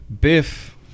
Biff